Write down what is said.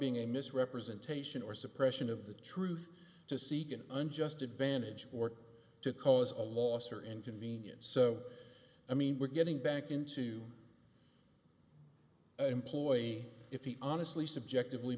being a misrepresentation or suppression of the truth to seek an unjust advantage or to cause a loss or inconvenience so i mean we're getting back into an employee if he honestly subjective